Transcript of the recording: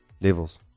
levels